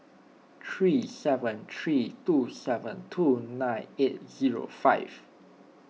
three seven three two seven two nine eight zero five